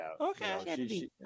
okay